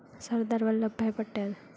Sardar Vallabh Bhai Patel